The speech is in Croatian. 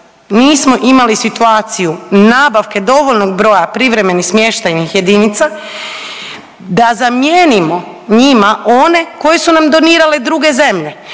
nismo imali situaciju nabavke dovoljnog broja privremenih smještajnih jedinica da zamijenimo njima one koje su nam donirale druge zemlje,